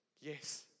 Yes